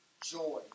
joy